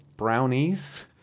brownies